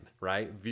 right